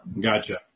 Gotcha